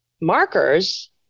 markers